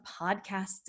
podcasts